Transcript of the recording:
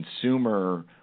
consumer